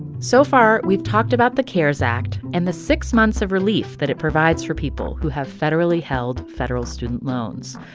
so far, we've talked about the cares act and the six months of relief that it provides for people who have federally held federal student loans.